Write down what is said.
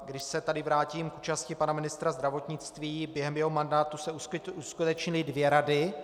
Když se tady vrátím k účasti pana ministra zdravotnictví: Během jeho mandátu se uskutečnily dvě rady.